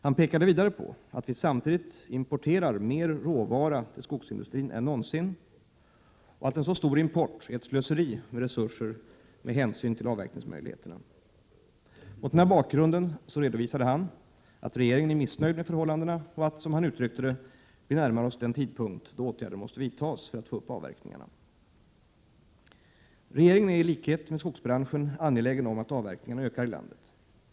Han pekade vidare på att vi samtidigt importerar mer råvara än någonsin till skogsindustrin och att en så stor import är ett slöseri med resurser med hänsyn till avverkningsmöjligheterna. Mot denna bakgrund redovisade han att regeringen är missnöjd med förhållandena och att, som han uttryckte det, vi närmar oss den tidpunkt då åtgärder måste vidtas för att öka avverkningarna. Regeringen är i likhet med skogsbranschen angelägen om att avverkningarna i landet ökar.